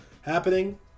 happening